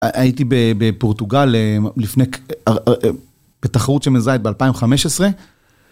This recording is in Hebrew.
הייתי בפורטוגל בתחרות שמן זית ב-2015